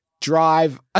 drive